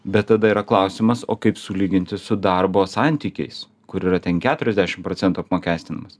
bet tada yra klausimas o kaip sulyginti su darbo santykiais kur yra ten keturiasdešim procentų apmokestinimas